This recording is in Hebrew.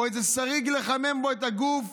או איזה סריג לחמם בו את הגוף?